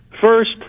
First